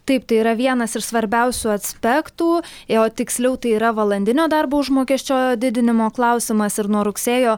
taip tai yra vienas iš svarbiausių aspektų o tiksliau tai yra valandinio darbo užmokesčio didinimo klausimas ir nuo rugsėjo